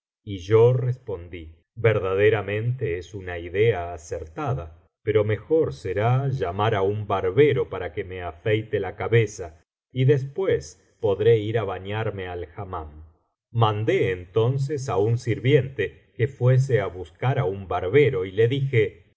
y yo respondí verdaderamente es una idea acertada pero mejor será llamar á un barbero para que me afeite la cabeza y después podré ir á bailarme al hammam mandé entonces a un sirviente que fuese á buscar á un barbero y le dije